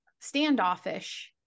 standoffish